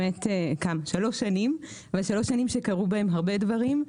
ואלה שלוש שנים שקרו בהם הרבה דברים.